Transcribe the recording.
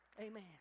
Amen